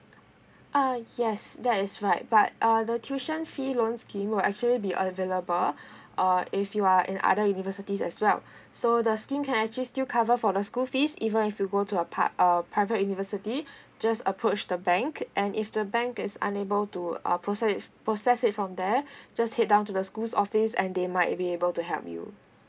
uh yes that is right but uh the tuition fee loan scheme will actually be available uh if you are in other universities as well so the scheme can actually still cover for the school fees even if you go to uh part uh private universities just approach the bank and if the bank is unable to uh process it process it from there just head down to the schools office and they might be able to help you